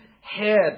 head